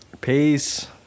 Peace